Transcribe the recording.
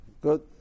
Good